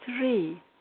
three